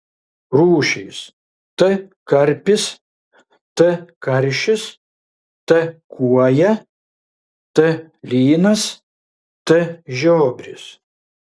rūšys t karpis t karšis t kuoja t lynas t žiobris